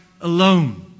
alone